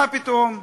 מה פתאום.